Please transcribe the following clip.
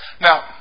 Now